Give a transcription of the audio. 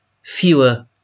fewer